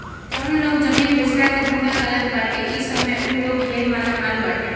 जउन लोग जमीन बेचला के धंधा करत बाटे इ समय उ लोग ढेर मालामाल बाटे